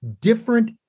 different